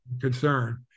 concern